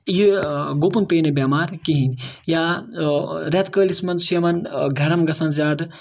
یہِ گُپُن پیٚیہِ نہٕ بٮ۪مار کِہیٖنۍ یا رٮ۪تہٕ کٲلِس منٛز چھِ یِمَن گرم گژھان زیادٕ